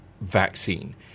vaccine